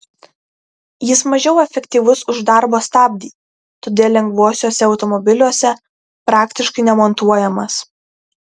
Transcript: jis mažiau efektyvus už darbo stabdį todėl lengvuosiuose automobiliuose praktiškai nemontuojamas